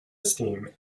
esteem